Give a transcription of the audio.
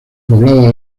poblada